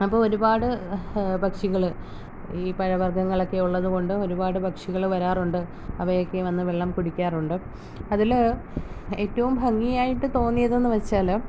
അപ്പോൾ ഒരുപാട് പക്ഷികള് ഈ പഴവർഗ്ഗങ്ങളൊക്കെയുള്ളതുകൊണ്ട് ഒരുപാട് പക്ഷികള് വരാറുണ്ട് അവയൊക്കെ വന്ന് വെള്ളം കൂടിക്കാറുണ്ട് അതില് ഏറ്റവും ഭംഗിയായിട്ട് തോന്നിയത് എന്ന് വെച്ചാല്